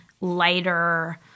lighter